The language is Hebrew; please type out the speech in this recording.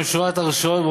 גם שורת הרשעות,